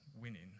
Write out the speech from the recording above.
winning